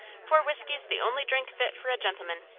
for whiskey's the only drink fit for a gentleman.